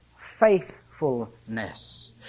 faithfulness